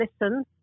listen